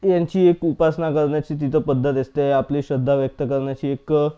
यांची एक उपासना करण्याची जिथं पद्धत असते आपली श्रद्धा व्यक्त करण्याची एक